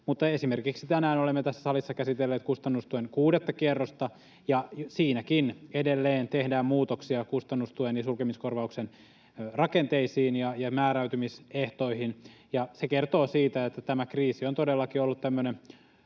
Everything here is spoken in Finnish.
Mutta esimerkiksi tänään olemme tässä salissa käsitelleet kustannustuen kuudetta kierrosta, ja siinäkin edelleen tehdään muutoksia kustannustuen ja sulkemiskorvauksen rakenteisiin ja määräyty-misehtoihin. Se kertoo siitä, että tämä kriisi on todellakin ollut tämmöinen